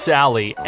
Sally